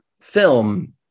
film